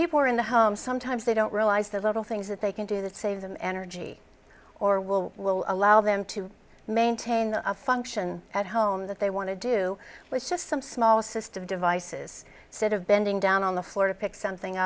people are in the home sometimes they don't realize the little things that they can do that saves them energy or will will allow them to maintain the function at home that they want to do with just some small system devices set of bending down on the floor to pick something